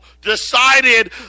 decided